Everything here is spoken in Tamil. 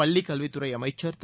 பள்ளிக்கல்வித்துறை அமைச்சர் திரு